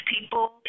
people